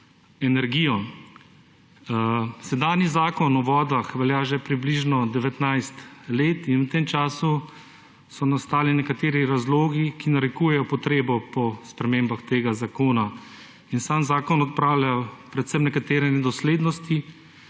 energijo. Sedanji Zakon o vodah velja že približno 19 let in v tem času so nastali nekateri razlogi, ki narekujejo potrebo po spremembah tega zakona. Sam zakon odpravlja predvsem nekatere nedoslednosti,